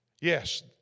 Yes